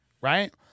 right